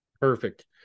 Perfect